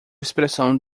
expressão